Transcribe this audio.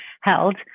held